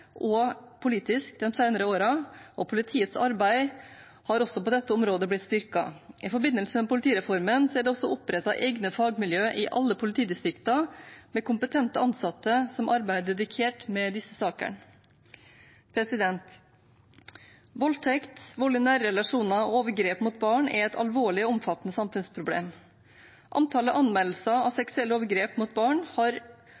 og politisk, de senere årene, og politiets arbeid har også på dette området blitt styrket. I forbindelse med politireformen er det også opprettet egne fagmiljø i alle politidistriktene med kompetente ansatte som jobber dedikert med disse sakene. Voldtekt, vold i nære relasjoner og overgrep mot barn er et alvorlig og omfattende samfunnsproblem. Antallet anmeldelser av seksuelle overgrep mot barn og unge har